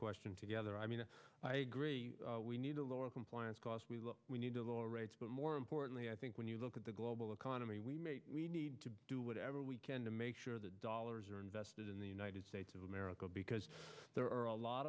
question together i mean i agree we need compliance costs we need to lower rates but more importantly i think when you look at the global economy we need to do whatever we can to make sure the dollars are invested in the united states of america because there are a lot